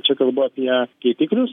čia kalbu apie keitiklius